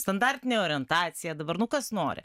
standartinė orientacija dabar nu kas nori